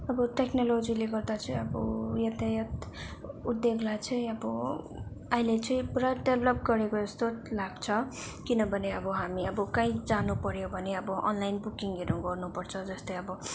अब टेक्नोलोजीले गर्दा चाहिँ अब यातायात उद्योगलाई चाहिँ अब अहिले चाहिँ पुरा डेभलप गरेको जस्तो लाग्छ किनभने अब हामी अब कहीँ जानुपऱ्यो भने अब अनलाइन बुकिङहरू गर्नुपर्छ जस्तै अब